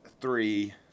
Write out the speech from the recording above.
three